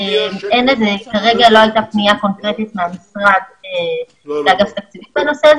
כרגע לא היתה פנייה קונקרטית מהמשרד לאגף התקציבים בנושא.